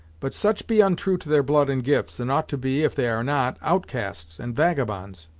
but such be ontrue to their blood and gifts, and ought to be, if they are not, outcasts and vagabonds.